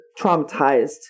traumatized